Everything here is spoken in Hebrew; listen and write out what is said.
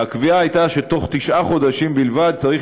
והקביעה הייתה שבתוך תשעה חודשים בלבד צריך